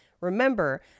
Remember